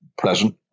pleasant